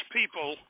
people